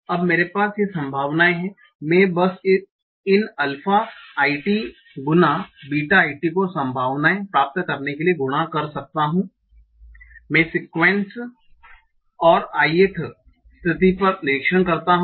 अब मेरे पास ये संभावनाएं हैं मैं बस इन अल्फ़ा i t गुना बीटा i t को संभावनाएं प्राप्त करने के लिए गुणा कर सकता हूं मैं सीक्वेंस और ith स्थिति का निरीक्षण करता हूं